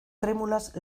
trémulas